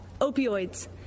opioids